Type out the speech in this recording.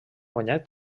guanyat